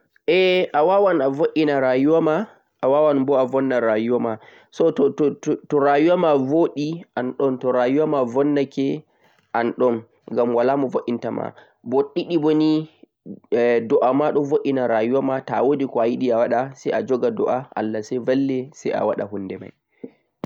Ae awawan a vod'ena rayuwama, awawan bo avonna rayuwama. To ngeedam ma voɗe an'on to vonnake ma an'on ngam walamo vod'entama ɗiɗi bo nii du'ama ɗon vod'ena rayuwa ngam ko'ayiɗe pat to'a waɗe du'a hado Allah vallete